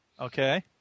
Okay